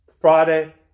friday